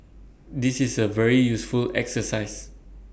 this is A very useful exercise